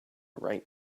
write